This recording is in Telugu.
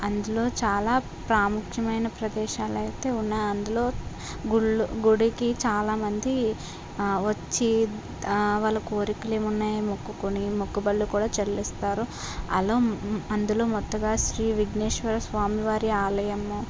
అందులో చాలా ప్రాముఖ్యమైన ప్రదేశాలైతే ఉన్నాయి అందులో గుళ్ళు గుడికి చాలా మంది వచ్చి ఆ వాళ్ళ కోరికలు ఏమున్నాయో మొక్కుకొని మొక్కుబడులు కూడా చెల్లిస్తారు అలా అందులో ముందుగా శ్రీ విఘ్నేశ్వర స్వామి వారి ఆలయము